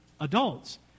adults